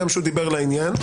גם שהוא דיבר לעניין.